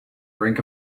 brink